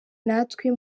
natwe